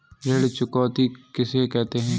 ऋण चुकौती किसे कहते हैं?